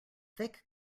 thick